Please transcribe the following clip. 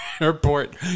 Airport